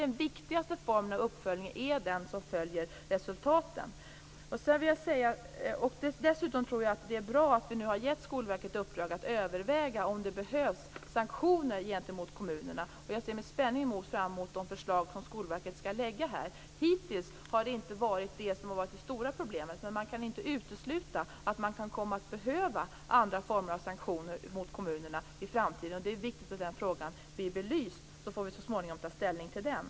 Den viktigaste formen av uppföljning är den som följer resultaten. Dessutom tror jag att det är bra att vi nu har givit Skolverket i uppdrag att överväga om det behövs sanktioner gentemot kommunerna. Jag ser med spänning fram emot de förslag som Skolverket skall lägga fram. Hittills har det inte varit detta som har varit det stora problemet, men man kan inte utesluta att man kan komma att behöva andra former av sanktioner mot kommunerna i framtiden. Det är viktigt att den frågan blir belyst, och så småningom får vi ta ställning till den.